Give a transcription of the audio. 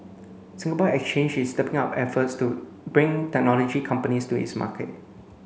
Singapore Exchange is stepping up efforts to bring technology companies to its market